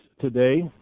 today